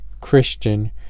Christian